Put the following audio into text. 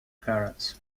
garage